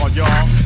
y'all